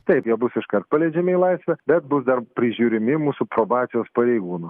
taip jie bus iškart paleidžiami į laisvę bet bus dar prižiūrimi mūsų probacijos pareigūnų